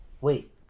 Wait